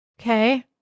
Okay